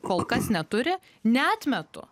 kol kas neturi neatmetu